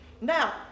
Now